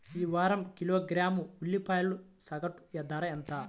ఈ వారం కిలోగ్రాము ఉల్లిపాయల సగటు ధర ఎంత?